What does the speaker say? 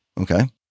okay